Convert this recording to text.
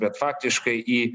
bet faktiškai į